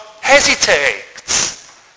hesitates